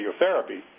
radiotherapy